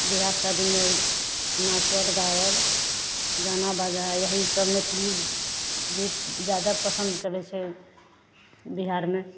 बिआह शादीमे नाँचल गाओल गाना बजा इहए सब मैथिली गीत जादा पसन्द करै छै बिहारमे